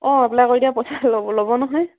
অঁ এপ্লাই কৰি দয়া পইচা ল'ব ল'ব নহয়